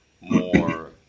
more